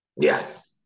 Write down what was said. Yes